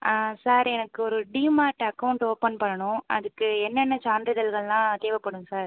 ஆ sir எனக்கு ஒரு DMart account open பண்ணணும் அதுக்கு என்னென்ன சான்றிதழ்கள்லாம் தேவைப்படும் சார்